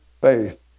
faith